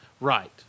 Right